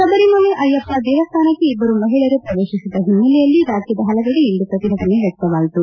ಶಬರಿಮಲೆ ಅಯ್ಯಪ್ಪ ದೇವಸ್ಥಾನಕ್ಕೆ ಇಬ್ಬರು ಮಹಿಳೆಯರು ಪ್ರವೇಶಿಸಿದ ಹಿನ್ನೆಲೆಯಲ್ಲಿ ರಾಜ್ಯದ ಹಲವೆಡೆ ಇಂದು ಪ್ರತಿಭಟನೆ ವ್ಯಕ್ತವಾಯಿತು